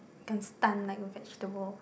can stun like a vegetable